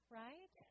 right